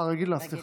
אה, רגילה, סליחה.